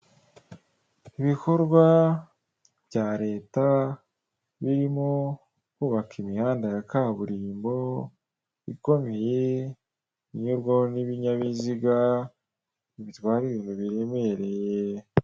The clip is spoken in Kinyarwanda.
Ibikorwa bya leta birimo kubaka imihanda ya kaburimbo ikomeye inyurwaho n'ibinyabiziga bitwara ibintu biremereye.